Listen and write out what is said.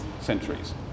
centuries